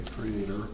creator